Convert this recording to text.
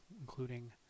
including